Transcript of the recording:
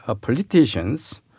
politicians